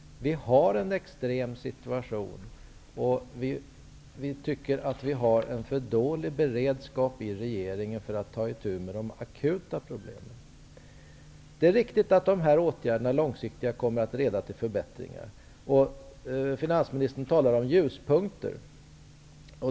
Vi har en extrem situation, och vi tycker att regeringen har en för dålig beredskap för att ta itu med de akuta problemen. Det är riktigt att de långsiktiga åtgärderna kommer att leda till förbättringar. Finansministern talar om ljuspunkter.